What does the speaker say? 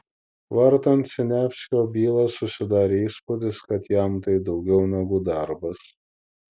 vartant siniavskio bylą susidarė įspūdis kad jam tai daugiau negu darbas